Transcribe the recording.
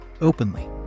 Openly